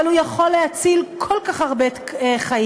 אבל הוא יכול להציל כל כך הרבה חיים,